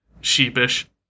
sheepish